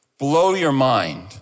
blow-your-mind